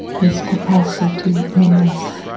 this capacity in us?